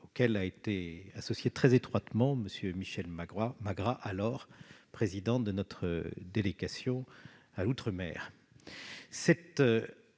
auquel a été associé très étroitement M. Michel Magras, alors président de la délégation sénatoriale